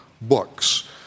books